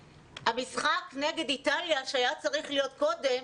המשחק נגד איטליה, שהיה צריך להיות קודם,